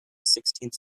sixteenth